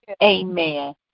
Amen